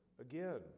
again